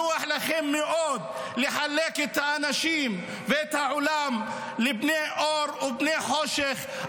נוח לכם מאוד לחלק את האנשים ואת העולם לבני אור ובני חושך,